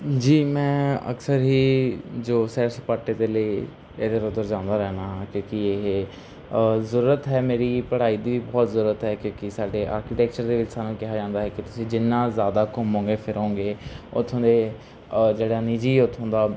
ਜੀ ਮੈਂ ਅਕਸਰ ਹੀ ਜੋ ਸੈਰ ਸਪਾਟੇ ਦੇ ਲਈ ਇੱਧਰ ਉੱਧਰ ਜਾਂਦਾ ਰਹਿੰਦਾ ਹਾਂ ਕਿਉਂਕਿ ਇਹ ਜ਼ਰੂਰਤ ਹੈ ਮੇਰੀ ਪੜ੍ਹਾਈ ਦੀ ਵੀ ਬਹੁਤ ਜ਼ਰੂਰਤ ਹੈ ਕਿਉਂਕਿ ਸਾਡੇ ਆਰਕੀਟੈਕਚਰ ਦੇ ਵਿੱਚ ਸਾਨੂੰ ਕਿਹਾ ਜਾਂਦਾ ਹੈ ਕਿ ਤੁਸੀਂ ਜਿੰਨਾ ਜ਼ਿਆਦਾ ਘੁੰਮੋਂਗੇ ਫਿਰੋਂਗੇ ਉੱਥੋਂ ਦੇ ਜਿਹੜਾ ਨਿੱਜੀ ਉੱਥੋਂ ਦਾ